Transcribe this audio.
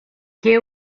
que